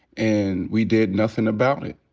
and we did nothin' about it.